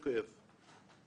המילה שמתארת אותו